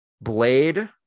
blade